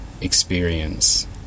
experience